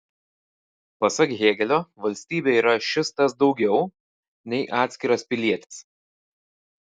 pasak hėgelio valstybė yra šis tas daugiau nei atskiras pilietis